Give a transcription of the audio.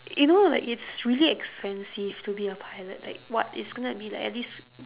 you know like it's really expensive to be a pilot like what it's going to be like at least